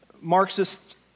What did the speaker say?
Marxist